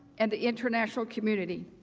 and the international community.